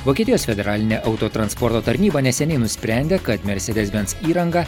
vokietijos federalinė autotransporto tarnyba neseniai nusprendė kad mercedes benz įranga